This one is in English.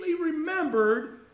remembered